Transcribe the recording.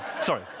sorry